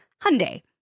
Hyundai